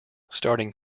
starting